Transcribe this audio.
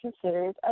considered